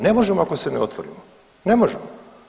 Ne možemo ako se ne otvorimo, ne možemo.